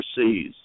overseas